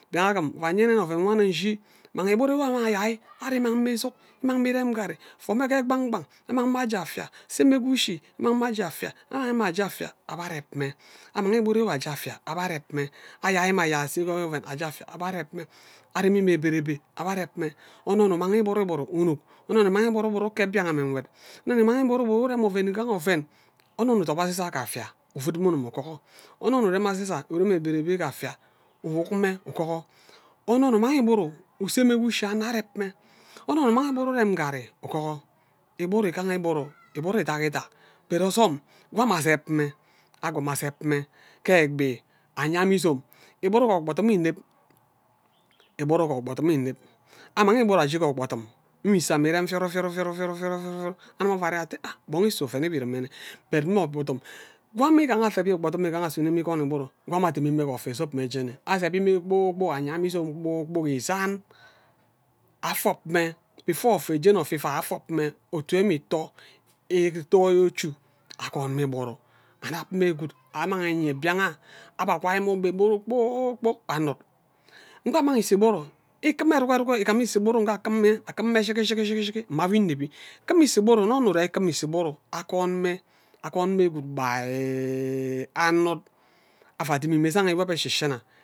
Mbian agim fu anyen nugor oven nwo ewnim nshi man nnugor ighuru wo ayari ari man mme isuk amang mme irem ngari fumme ghe kpang kpang amang mme aje afia seme ghe oshi amang mme aje afia anug aman mme aje abhe areb mme amang igbune enwe aje afia abhe areb mme ayai mme ayai aje afia abhe areb mme aremi mme eberebe abhe areb mme onno nna mang igbura igburu unuk onno nnu man igburu igburu akeb mbian ame nkaled onno nnu mang igburu igburu urem oven iguha oven onno nnu toye aziza ke afia uvud mme mgumi gura onno aziza urem eberebe ke afia uwuk mme ugura onno nnu man igburu use mme ke ushi anno areb mme onno nnu anang igburu urem ngarri ugara iguru igaha igburu igburu idak idak but ozom nwa amia azeb mme akwam azeb mme ke egbi anya mme izam igburu ke ogbordum nne ineb igburu ke ogbordum ineb amang igburu aje ke ogbordum mme ise ame irem vioro vioro vioro vioro vioro vioro anno ava ado atte gbon isu oven ewie irem mme nni but mme ogbordum wo amme igaha oven wo ogbordum igaha asuno mme ikwon igburu kwam adimi mme ke ofe zob mme jeni azebi mme kpor kpok anya mme izom kpor kpok izan afob mme before ofe jeni ofe ivai afob mme otu enw ito ito echo akwon mme igburu annab mme gwud annang enyen mbian abhe akwai mme ogbe igburu kpor kpok annud mbe amang ise igburu ikum erok erok igam ise igburu nga akume akume shiki shiki shiki mme awo inebi kum ise igburu nne anno ure ikumi ise igburu akwon mme akwon mme gwud annud ava dimi mme iva iwob bhe shishina.